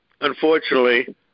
unfortunately